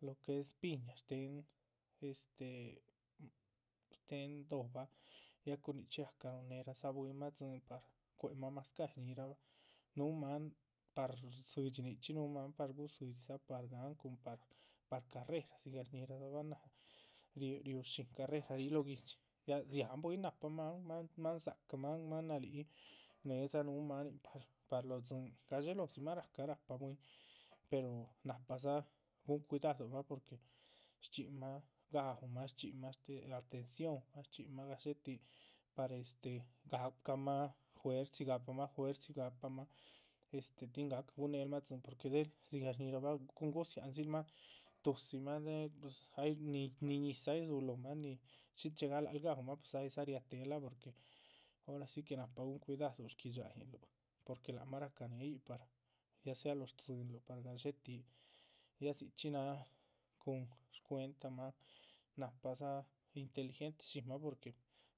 Lo que es piña shtéhen este shtéhen do´bah ya cun nichxí racahan ruhuneradza bwínmah tzín para rbuéhe mah mazcáhyi shñíhirabahn núhu máan par rdzídxi. nichxi, núhu máan par gudzídxidza par gáhan cun par carrera dzigah shñíhiradzabah riú shín carrera ríhi lóho guihdxi, ya dziháhan bwín nahpa máan, máan dzác cah máan náhalíc, néedza núhu máanin par lóho tzín, gadxéloho dzimah ráhca rahpa bwín, pero nahpadza guhun cuidadul mah porque shchxínmah gaúmah shchxinmah. atención shchínmah gadxé tih par este gahpamah juerzi gahpamah este tin gahca guhun nélmah tzín, del dzigah shñíhirabah cun gudziáhandzil mah tu´dzimah. ya ayruni ñizah ay rdzúluh lóhomah ni shí chegalahluh gaúmah pues aydza riáh téhen porque ahora si que nahpa guhun cuidadul shgui´dxayinluh. porque lác mah rácah née yíc par ya sea lóho stzínluh par gadxé tih, ya dzichxí náhan cun shcuentamah nahpadza inteligente shinmah porque